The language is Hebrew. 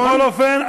בכל אופן,